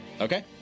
Okay